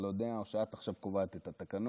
אני לא יודע, או שאת עכשיו קובעת את התקנון,